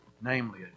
namely